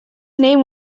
name